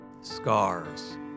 Scars